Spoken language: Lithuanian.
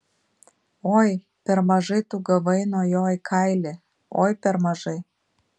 oi per mažai tu gavai nuo jo į kailį oi per mažai